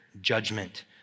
judgment